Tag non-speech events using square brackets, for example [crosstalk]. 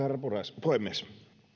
[unintelligible] arvoisa herra puhemies